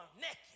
naked